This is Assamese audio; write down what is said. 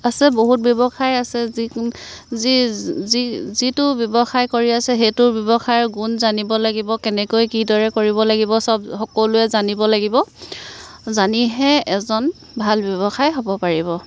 আছে বহুত ব্যৱসায় আছে যিকোনো যি যি যিটো ব্যৱসায় কৰি আছে সেইটো ব্যৱসায়ৰ গুণ জানিব লাগিব কেনেকৈ কিদৰে কৰিব লাগিব সব সকলোৱে জানিব লাগিব জানিহে এজন ভাল ব্যৱসায়ী হ'ব পাৰিব